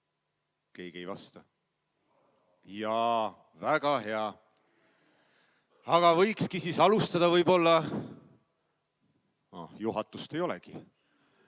Keegi ei vasta. Jaa, väga hea. Aga võikski siis alustada võib-olla ... Juhatust ei olegi!